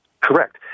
Correct